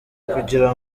kugira